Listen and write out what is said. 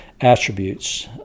attributes